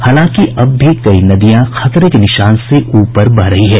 हालांकि अब भी कई नदियां खतरे के निशान से ऊपर बह रही हैं